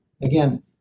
Again